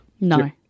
No